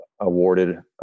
awarded